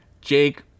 Jake